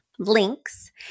links